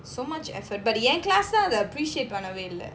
so much effort but என் class lah appreciate பண்ணவேஇல்ல:pannave illa